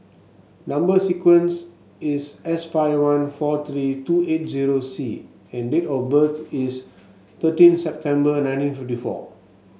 number sequence is S five one four three two eight zero C and date of birth is thirteen September nineteen fifty four